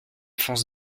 fonce